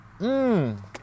Mmm